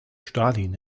stalin